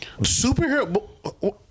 Superhero